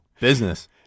Business